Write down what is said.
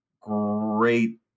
great